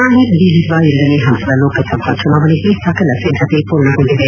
ನಾಳೆ ನಡೆಯಲಿರುವ ಎರಡನೇ ಹಂತದ ಲೋಕಸಭಾ ಚುನಾವಣೆಗೆ ಸಕಲ ಸಿದ್ದತೆ ಪೂರ್ಣಗೊಂಡಿದೆ